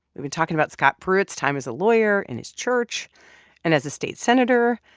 we've been talking about scott pruitt's time as a lawyer, in his church and as a state senator.